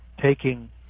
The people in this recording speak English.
taking